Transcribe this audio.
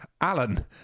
Alan